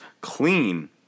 clean